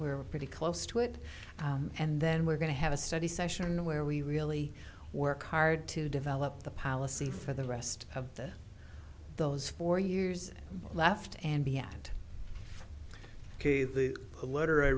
we're pretty close to it and then we're going to have a study session where we really work hard to develop the policy for the rest of those four years left and be at a letter i